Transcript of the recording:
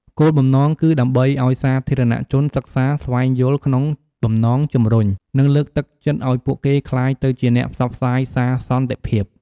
គោលបំណងគឺដើម្បីឱ្យសាធារណៈជនសិក្សាស្វែងយល់ក្នុងបំណងជម្រុញ និងលើកទឹកចិត្តឱ្យពួកគេក្លាយទៅជាអ្នកផ្សព្វផ្សាយសារសន្តិភាព។